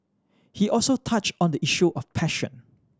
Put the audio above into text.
he also touch on the issue of passion